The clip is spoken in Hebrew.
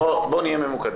בוא נהיה ממוקדים.